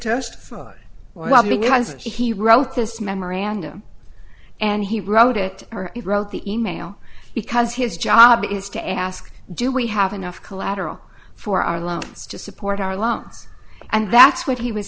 because he wrote this memorandum and he wrote it or wrote the e mail because his job is to ask do we have enough collateral for our loans to support our loans and that's what he was